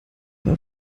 war